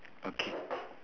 okay